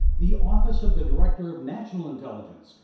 the officer of the director of national intelligence,